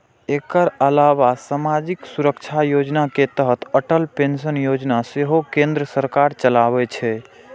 एकर अलावा सामाजिक सुरक्षा योजना के तहत अटल पेंशन योजना सेहो केंद्र सरकार चलाबै छै